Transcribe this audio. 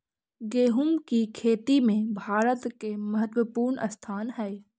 गोहुम की खेती में भारत के महत्वपूर्ण स्थान हई